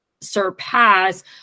surpass